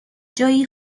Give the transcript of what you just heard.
جایی